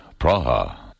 Praha